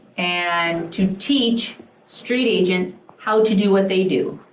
and to teach street agents how to do what they do.